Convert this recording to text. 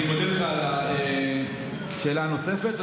אני מודה לך על, זו שאלה נוספת או